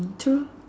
true